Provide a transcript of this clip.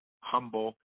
humble